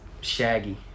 shaggy